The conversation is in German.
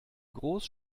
groß